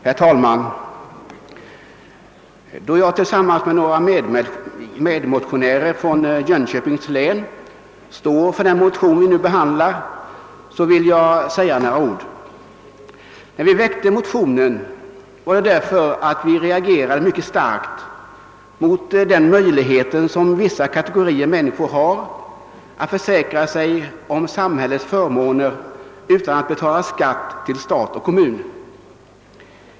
Herr talman! Då jag tillsammans med några kammarkamrater från Jönköpings län står för den motion som vi nu behandlar vill jag säga några ord. När vi väckte motionen var det därför att vi reagerade mycket starkt mot den möjlighet vissa kategorier människor har att försäkra sig om samhällets förmåner utan att betala skatt till stat och kommun.